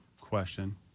question